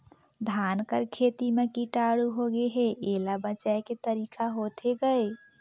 धान कर खेती म कीटाणु होगे हे एला बचाय के तरीका होथे गए?